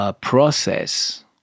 process